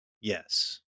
yes